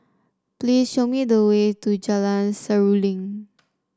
please show me the way to Jalan Seruling